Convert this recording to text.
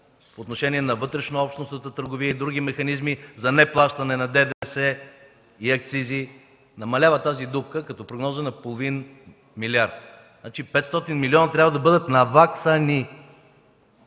по отношение на вътрешнообщностната търговия и други механизми, за неплащане на ДДС и акцизи, намалява тази дупка като прогноза на половин милиард. Значи 500 милиона трябва да бъдат навак-са-ни!